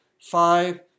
five